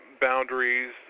boundaries